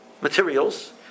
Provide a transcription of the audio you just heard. materials